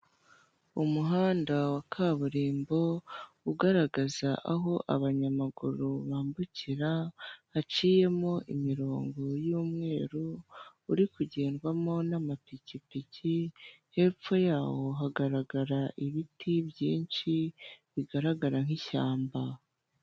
Umuhanda wa kaburimbo ugaragaza aho abanyamaguru bambukira, haciyemo imirongo y'umweru, uri kugendwamo n'amapikipiki, hepfo yaho hagaragara ibiti byinshi bigaragara nk'ishyamba.